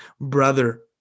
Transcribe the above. brother